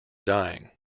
dying